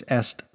est